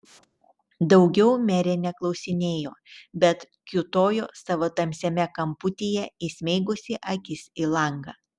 daugiau merė neklausinėjo bet kiūtojo savo tamsiame kamputyje įsmeigusi akis į langą